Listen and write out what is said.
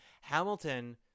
Hamilton